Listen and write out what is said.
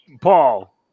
Paul